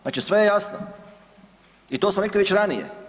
Znači sve je jasno i to smo rekli već ranije.